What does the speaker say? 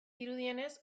dirudienez